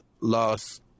loss